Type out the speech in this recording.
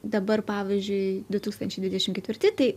dabar pavyzdžiui du tūkstančiai dvidešim ketvirti tai